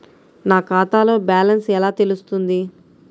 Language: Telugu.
నా ఖాతాలో బ్యాలెన్స్ ఎలా తెలుస్తుంది?